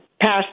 passed